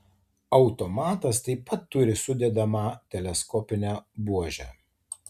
automatas taip pat turi sudedamą teleskopinę buožę